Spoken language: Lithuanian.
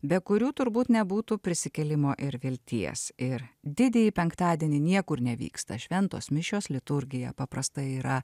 be kurių turbūt nebūtų prisikėlimo ir vilties ir didįjį penktadienį niekur nevyksta šventos mišios liturgija paprastai yra